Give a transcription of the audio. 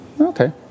okay